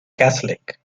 catholic